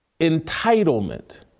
entitlement